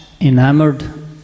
enamored